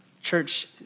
church